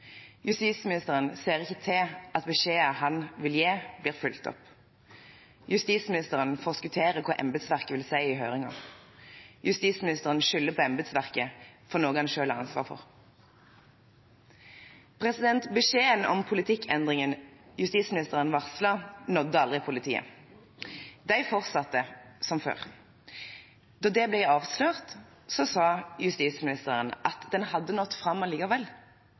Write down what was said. Justisministeren ser ikke til at beskjeder han vil gi, blir fulgt opp. Justisministeren forskutterer hva embetsverket vil si i høringer. Justisministeren skylder på embetsverket for noe han selv har ansvar for. Beskjeden om politikkendringen justisministeren varslet, nådde aldri politiet. De fortsatte som før. Da det ble avslørt, sa justisministeren at den hadde nådd fram allikevel,